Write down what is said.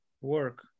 work